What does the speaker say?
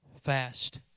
Fast